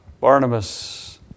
Barnabas